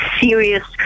serious